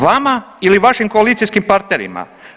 Vama ili vašim koalicijskim partnerima?